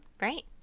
right